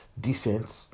decent